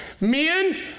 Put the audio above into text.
men